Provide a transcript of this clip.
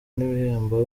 n’ibihembo